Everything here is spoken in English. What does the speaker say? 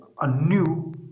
anew